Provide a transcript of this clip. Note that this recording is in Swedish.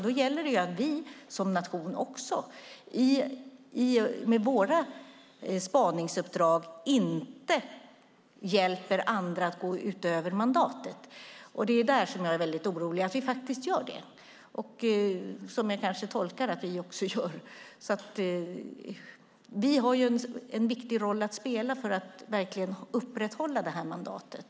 Då gäller det att vi som nation, med våra spaningsuppdrag, inte hjälper andra att gå utöver mandatet. Det är det som jag är väldigt orolig för att vi faktiskt gör och som jag kanske tolkar att vi också gör. Vi har en viktig roll att spela för att verkligen upprätthålla det här mandatet.